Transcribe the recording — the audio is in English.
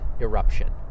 eruption